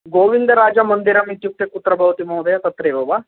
गोविन्दराजमन्दिरमित्युक्ते कुत्र भवति महोदय तत्रैव वा